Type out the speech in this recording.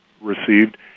received